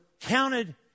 counted